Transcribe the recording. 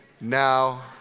now